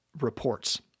reports